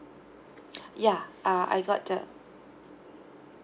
yeah uh I got the